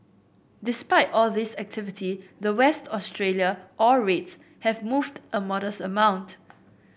despite all this activity the West Australia ore rates have moved a modest amount